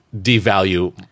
devalue